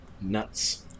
Nuts